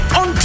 on